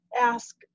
ask